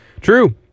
true